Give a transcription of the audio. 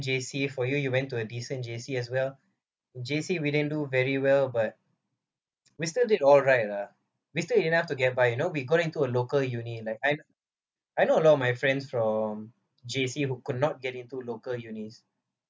J_C for you you went to a decent J_C as well in J_C we didn't do very well but we still did all right lah we still enough to get by you know we go into a local uni like I I know a lot of my friends from J_C who could not get into local unis